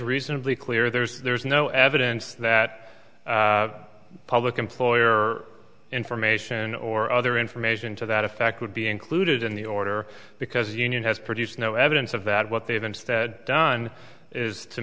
reasonably clear there's there's no evidence that public employer information or other information to that effect would be included in the order because union has produced no evidence of that what they haven't done is to